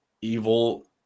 evil